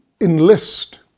enlist